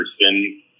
person